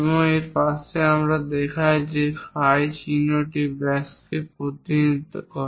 এবং এর পাশে আমরা দেখাই phi চিহ্নটি ব্যাসকে প্রতিনিধিত্ব করে